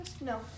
No